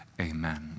Amen